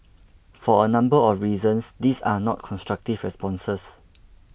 for a number of reasons these are not constructive responses